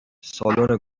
سالن